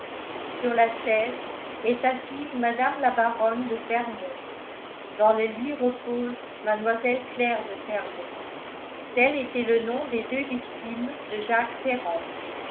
sur la chaise est assise mme la baronne de fermont dans le lit repose mlle claire de fermont tel était le nom des deux victimes de jacques ferrand